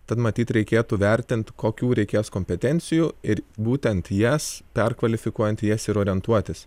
tad matyt reikėtų vertint kokių reikės kompetencijų ir būtent jas perkvalifikuojant į jas ir orientuotis